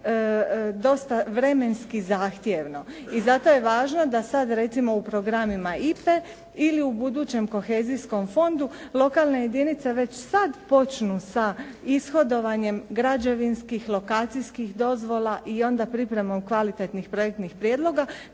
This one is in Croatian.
dosta vremenski zahtjevno i zato je važno da sad recimo u programima IPA-e ili u budućem kohezijskom fondu lokalne jedinice već sad počnu sa ishodovanjem građevinskih, lokacijskih dozvola i onda pripremom kvalitetnih projektnih prijedloga